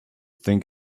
think